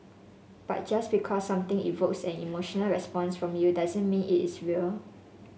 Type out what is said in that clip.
but just because something evokes an emotional response from you doesn't mean it is real